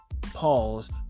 Pause